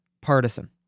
partisan